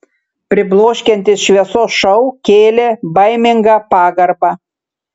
pribloškiantis šviesos šou kėlė baimingą pagarbą